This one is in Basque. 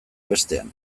bestean